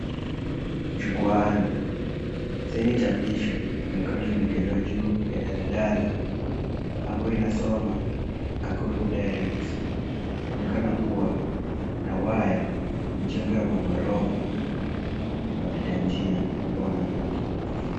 Jukwaani, saini chapisho inaonekana imewekelewa juu ya daladala, ambayo inasoma, Nakuru Direct. Kuonekana kua na waya, mijengo ya maghorofa, wapita njia ambao wanapita.